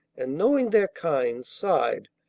and knowing their kind, sighed,